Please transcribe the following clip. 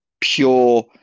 pure